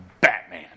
Batman